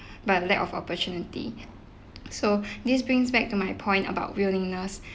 but lack of opportunity so this brings back to my point about willingness